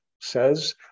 says